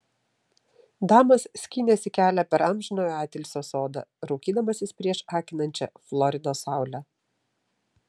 damas skynėsi kelią per amžinojo atilsio sodą raukydamasis prieš akinančią floridos saulę